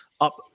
up